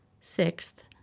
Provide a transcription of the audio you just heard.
Sixth